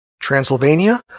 Transylvania